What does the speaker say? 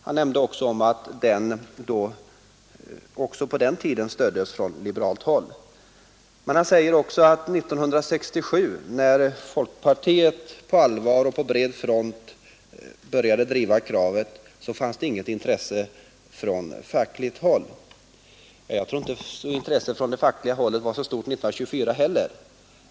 Han nämnde att motionen på den tiden stöddes från liberalt håll. Men han sade också att 1967, när folkpartiet på allvar och på bred front började driva detta krav, så fanns det inte intresse för det på fackligt håll. Jag tror inte intresset från det fackliga hållet var så stort 1924 heller.